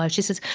but she says,